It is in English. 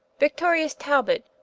victorious talbot,